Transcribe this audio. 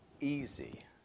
easy